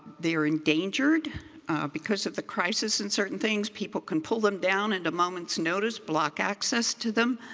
they are endangered because of the crisis and certain things. people can pull them down at a moment's notice, block access to them.